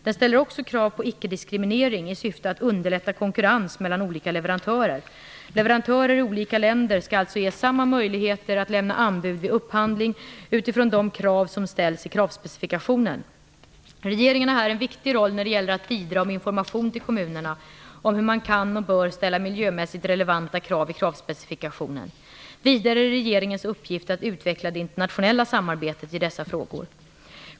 Den ställer också krav på ickediskriminering, i syfte att underlätta konkurrens mellan olika leverantörer. Leverantörer i olika länder skall alltså ges samma möjligheter att lämna anbud vid upphandling, utifrån de krav som ställs i kravspecifikationen. Regeringen har här en viktig roll när det gäller att bidra med information till kommunerna om hur man kan och bör ställa miljömässigt relevanta krav i kravspecifikationen. Vidare är det regeringens uppgift att utveckla det internationella samarbetet i dessa frågor.